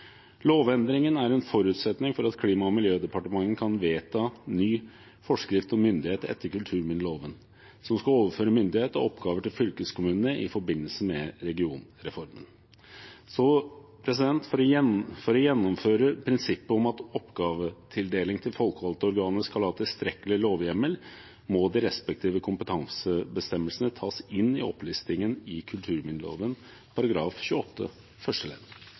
Lovendringen er en forutsetning for at Klima- og miljødepartementet kan vedta ny forskrift om myndighet etter kulturminneloven, som skal overføre myndighet og oppgaver til fylkeskommunene i forbindelse med regionreformen. For å gjennomføre prinsippet om at oppgavetildeling til folkevalgte organer skal ha tilstrekkelig lovhjemmel, må de respektive kompetansebestemmelsene tas inn i opplistingen i kulturminneloven § 28